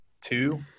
two